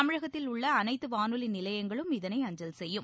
தமிழகத்தில் உள்ள அனைத்து வானொலி நிலையங்களும் இதளை அஞ்சல் செய்யும்